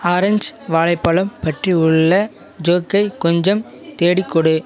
orange வாழைப்பழம் பற்றி உள்ள ஜோக்கை கொஞ்சம் தேடிக்கொடு